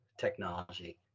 technology